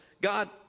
God